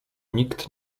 nikt